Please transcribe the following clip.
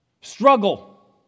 struggle